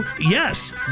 yes